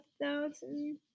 thousand